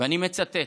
ואני מצטט: